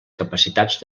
capacitats